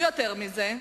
ויותר מזה"